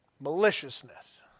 Maliciousness